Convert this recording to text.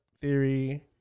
theory